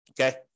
Okay